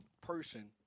person